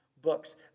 books